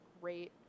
great